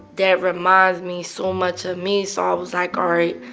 that reminds me so much of me. so i was like, all right,